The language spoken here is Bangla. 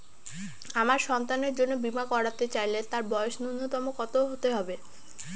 আমার সন্তানের জন্য বীমা করাতে চাইলে তার বয়স ন্যুনতম কত হতেই হবে?